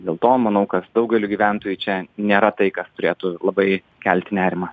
dėl to manau kas daugeliui gyventojų čia nėra tai kas turėtų labai kelti nerimą